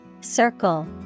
Circle